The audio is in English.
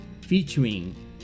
featuring